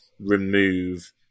remove